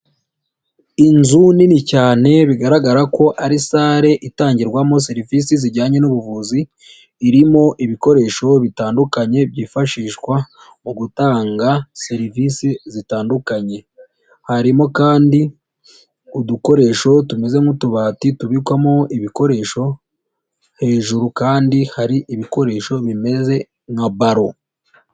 Inzu nini cyane bigaragara ko ari sare itangirwamo serivisi zijyanye n'ubuvuzi, irimo ibikoresho bitandukanye byifashishwa mu gutanga serivisi zitandukanye harimo kandi udukoresho tumeze nk'utubati tubikwamo ibikoresho, hejuru kandi hari ibikoresho bimeze nka baro.